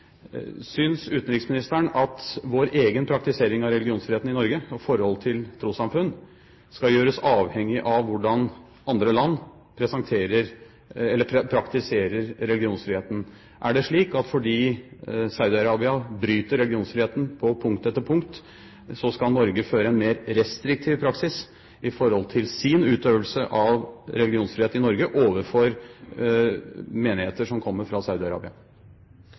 religionsfriheten i Norge og forholdet til trossamfunn skal gjøres avhengig av hvordan andre land praktiserer religionsfriheten? Er det slik at fordi Saudi-Arabia bryter religionsfriheten på punkt etter punkt, så skal Norge føre en mer restriktiv praksis i sin utøvelse av religionsfrihet i Norge overfor menigheter som kommer fra